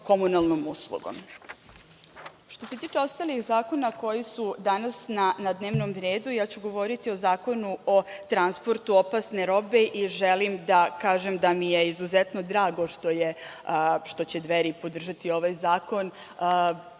komunalnom uslugom. Što se tiče ostalih zakona koji su danas na dnevnom redu, ja ću govoriti o Zakonu o transportu opasne robe i želim da kažem da mi je izuzetno drago što će Dveri podržati ovaj zakon,